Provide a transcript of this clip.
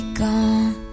gone